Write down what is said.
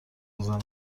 بزنم